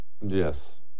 Yes